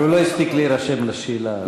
כי הוא לא הספיק להירשם לשאלה.